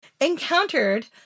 encountered